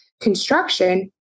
construction